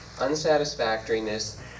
Unsatisfactoriness